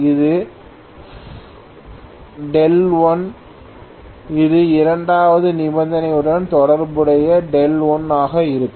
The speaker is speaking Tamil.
இது δ1 இது இரண்டாவது நிபந்தனையுடன் தொடர்புடைய δ1 ஆக இருக்கும்